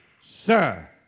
sir